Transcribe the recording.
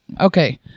Okay